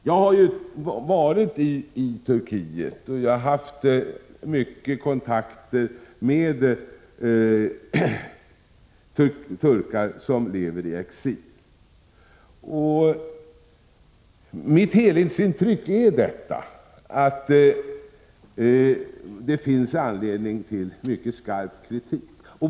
Jag har ju varit i Turkiet, och jag har haft mycket kontakter med turkar som lever i exil. Mitt helhetsintryck är att det finns anledning till mycket skarp kritik.